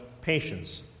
patience